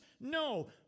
No